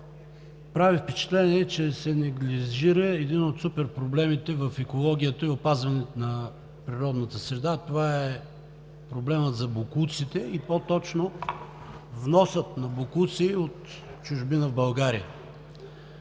Прави впечатление, че се неглижира един от суперпроблемите в екологията и опазването на природната среда, това е проблемът за боклуците и по-точно вносът на боклуци от чужбина в България.